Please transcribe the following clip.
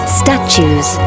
statues